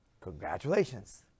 Congratulations